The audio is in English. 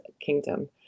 kingdom